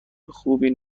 خوبی